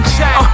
Check